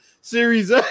Series